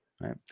Right